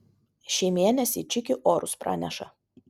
šį mėnesį čiki orus praneša